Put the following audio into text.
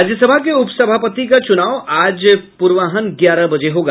राज्यसभा के उपसभापति का चुनाव आज पूर्वाहन ग्यारह बजे होगा